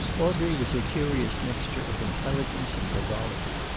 audrey was a curious mixture of intelligence and frivolity.